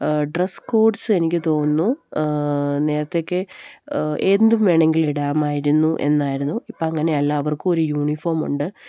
dress codes എനിക്ക് തോന്നുന്നു നേരത്തെയൊക്കെ എന്തും വേണമെങ്കില് ഇടാമെന്നായിരുന്നു ഇപ്പോള് അങ്ങനെയല്ല അവർക്കൊരു യൂണിഫോം ഉണ്ട്